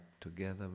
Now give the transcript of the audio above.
together